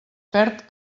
perd